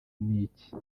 n’iki